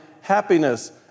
happiness